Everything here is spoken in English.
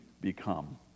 become